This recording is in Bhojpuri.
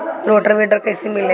रोटर विडर कईसे मिले?